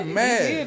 mad